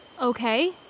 okay